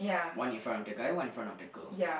one in front of the guy one in front of the girl